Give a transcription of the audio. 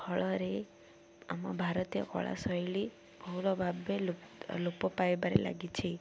ଫଳରେ ଆମ ଭାରତୀୟ କଳା ଶୈଳୀ ଭଲ ଭାବେ ଲୋପ ପାଇବାରେ ଲାଗିଛି